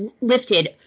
lifted